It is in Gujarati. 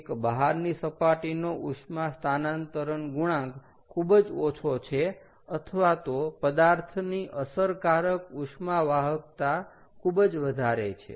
એક બહારની સપાટીનો ઉષ્મા સ્થાનંતરણ ગુણાંક ખુબ જ ઓછો છે અથવા તો પદાર્થની અસરકારક ઉષ્મા વાહકતા ખુબ જ વધારે છે